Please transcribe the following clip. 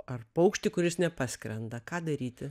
ar paukštį kuris nepaskrenda ką daryti